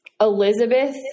Elizabeth